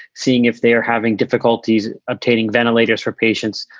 seeing if they are having difficulties obtaining ventilators for patients,